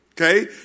okay